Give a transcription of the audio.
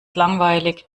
langweilig